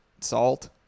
salt